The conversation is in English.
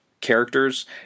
characters